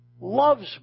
loves